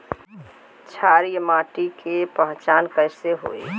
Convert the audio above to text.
क्षारीय माटी के पहचान कैसे होई?